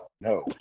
No